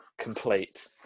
complete